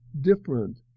different